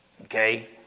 Okay